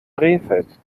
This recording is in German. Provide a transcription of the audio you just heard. rehfeld